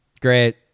Great